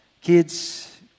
kids